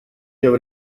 ġew